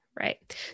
Right